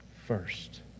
first